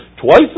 twice